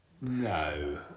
No